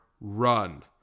run